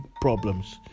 problems